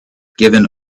given